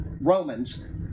Romans